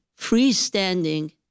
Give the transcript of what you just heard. freestanding